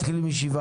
הישיבה ננעלה בשעה